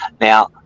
Now